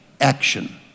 action